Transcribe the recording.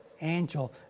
angel